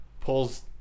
pulls